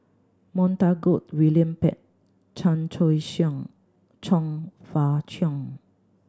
Montague William Pett Chan Choy Siong Chong Fah Cheong